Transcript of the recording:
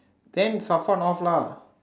then Safwan off lah